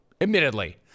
Admittedly